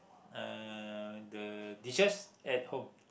uh the dishes at home